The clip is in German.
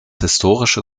historische